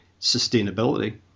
sustainability